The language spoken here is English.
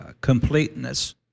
completeness